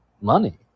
money